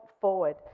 forward